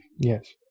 Yes